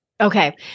Okay